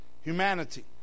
humanity